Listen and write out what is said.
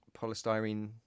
polystyrene